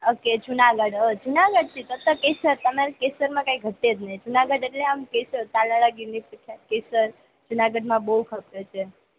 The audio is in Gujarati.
ઓકે જુનાગઢ જુનાગઢથી તો તો કેસર કેસરમાં કંઈ ઘટે જ નહીં જુનાગઢ એટલે આમ કેસર તાલાડા ગીરની પ્રખ્યાત કેસર જૂનાગઢમાં બહુ ખપે છે